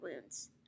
wounds